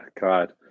God